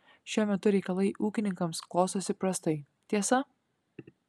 šiuo metu reikalai ūkininkams klostosi prastai tiesa